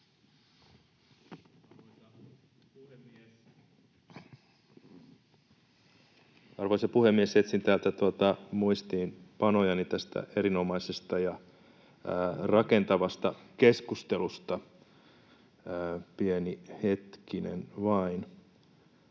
Arvoisa puhemies! Etsin täältä muistiinpanojani tästä erinomaisesta ja rakentavasta keskustelusta. Pieni hetkinen vain.